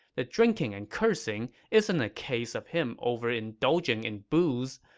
the drinking and cursing isn't a case of him overindulging in booze.